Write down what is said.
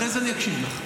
אחרי זה אני אקשיב לך,